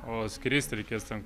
o skristi reikės ten